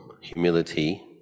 humility